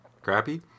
crappy